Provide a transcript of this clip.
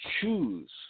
choose